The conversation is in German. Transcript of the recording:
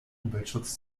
umweltschutz